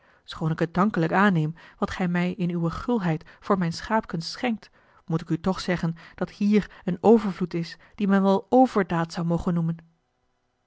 schoon ik het dankelijk aanneem wat gij mij in uwe gulheid voor mijne schaapkens schenkt moet ik u toch zeggen dat hier een overvloed is die men wel overdaad zou mogen noemen